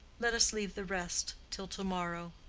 let us leave the rest till to-morrow.